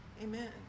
Amen